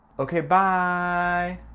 ok bye.